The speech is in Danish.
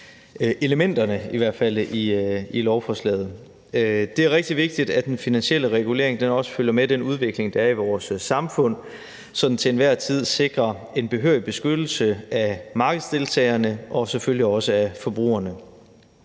Det er rigtig vigtigt, at den finansielle regulering også følger med den udvikling, der er i vores samfund, så den til enhver tid sikrer en behørig beskyttelse af markedsdeltagerne og selvfølgelig også af forbrugerne.